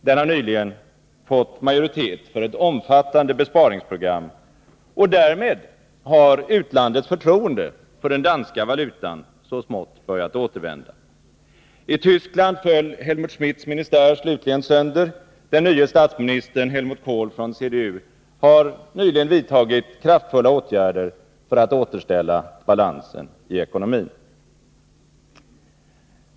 Den har nyligen fått majoritet för ett omfattande besparingsprogram, och därmed har utlandets förtroende för den danska valutan så smått börjat återvända. I Tyskland föll Helmut Schmidts ministär slutligen sönder. Den nye statsministern Helmut Kohl från CDU har nyligen vidtagit kraftfulla åtgärder för att återställa balansen i ekonomin.